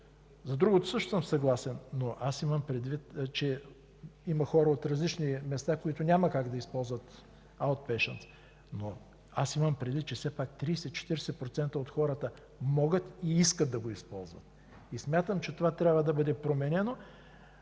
За другото, също съм съгласен, но имам предвид, че има хора от различни места, които няма как да използват „дневен стационар”. Имам предвид, че все пак 30-40% от хората могат и искат да го използват. Смятам, че това трябва да бъде променено,